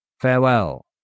Farewell